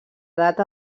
edat